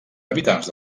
habitants